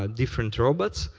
ah different robots,